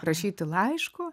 rašyti laiško